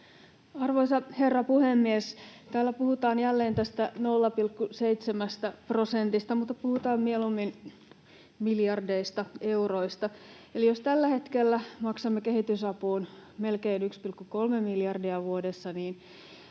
Arvoisa herra puhemies! Täällä puhutaan jälleen tästä 0,7 prosentista, mutta puhutaan mieluummin miljardeista euroista. Eli jos tällä hetkellä maksamme kehitysapuun melkein 1,3 miljardia vuodessa, niin